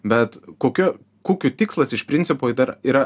bet kukio kukių tikslas iš principo dar yra